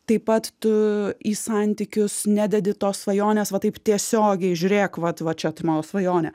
taip pat tu į santykius nededi tos svajonės va taip tiesiogiai žiūrėk vat va čia tai mano svajonė